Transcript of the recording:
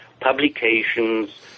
publications